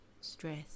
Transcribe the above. stress